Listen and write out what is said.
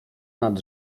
nad